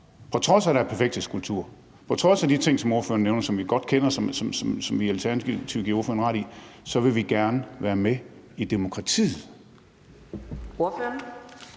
på trods af at der er perfekthedskultur, altså på trods af de ting, som ordføreren nævner, og som vi godt kender, og som vi i Alternativet vil give ordføreren ret i, vil de gerne være med i demokratiet.